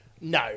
No